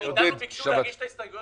אנחנו לא דנים על זה.